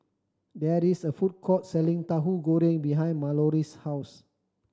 there is a food court selling Tahu Goreng behind Mallory's house